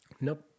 Nope